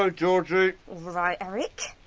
ah georgie. alright, eric?